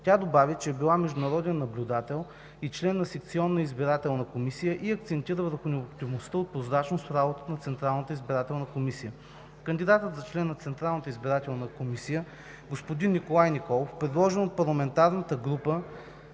Тя добави, че е била международен наблюдател и член на секционна избирателна комисия и акцентира върху необходимостта от прозрачност в работата на Централната избирателна комисия. Кандидатът за член на Централната избирателна комисия – господин Николай Николов, предложен от парламентарната група